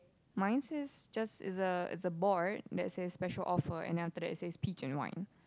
mine says just is a is a board that says special offer and then after that it says peach and wine